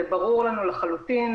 זה ברור לנו לחלוטין,